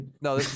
no